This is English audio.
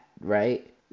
right